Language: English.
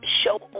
show